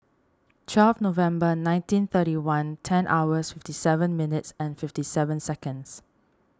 twelfth Nov nineteen thirty one ten hour fifty seven minutes and fifty seven seconds